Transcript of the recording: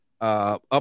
up